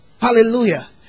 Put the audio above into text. Hallelujah